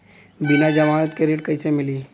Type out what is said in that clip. बिना जमानत के ऋण कईसे मिली?